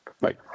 Right